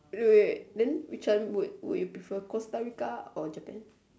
wait wait wait then which one will you prefer Costa-Rica or Japan